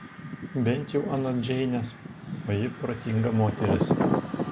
bent jau anot džeinės o ji protinga moteris